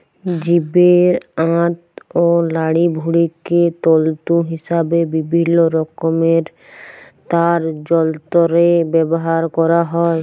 জীবের আঁত অ লাড়িভুঁড়িকে তল্তু হিসাবে বিভিল্ল্য রকমের তার যল্তরে ব্যাভার ক্যরা হ্যয়